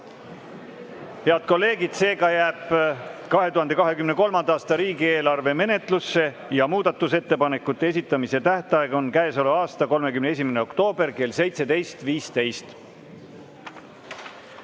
kolleegid, seega jääb 2023. aasta riigieelarve menetlusse ja muudatusettepanekute esitamise tähtaeg on käesoleva aasta 31. oktoober kell 17.15.